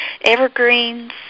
evergreens